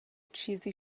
چیزی